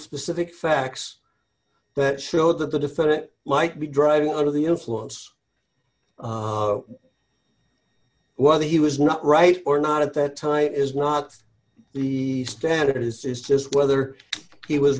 specific facts that show that the defendant might be driving under the influence whether he was not right or not at that time is not the standard it is is just whether he was